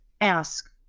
ask